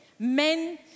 men